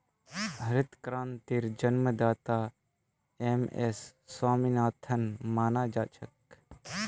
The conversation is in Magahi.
हरित क्रांतिर जन्मदाता एम.एस स्वामीनाथनक माना जा छे